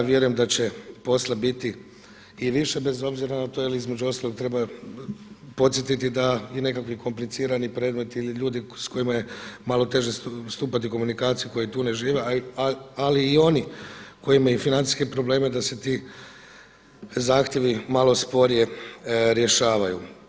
Vjerujem da će posla biti i više bez obzira na to jer između ostaloga treba podsjetiti da i nekakvi komplicirani predmeti ili ljudi s kojima je malo teže stupati u komunikaciju koji tu ne žive, ali i oni koji imaju financijske probleme da se ti zahtjevi malo sporije rješavaju.